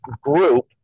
group